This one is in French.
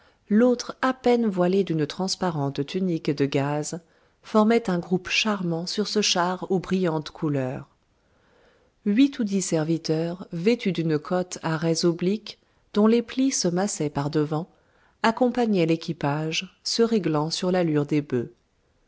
l'autre à peine voilée d'une transparente tunique de gaze formaient un groupe charmant sur ce char aux brillantes couleurs huit ou dix serviteurs vêtus d'une cotte à raies obliques dont les plis se massaient par-devant accompagnaient l'équipage se réglant sur l'allure des bœufs